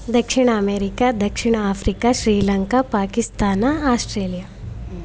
ದಕ್ಷಿಣ America ದಕ್ಷಿಣ Africa Sri Lanka Pakistan Australia